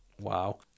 Wow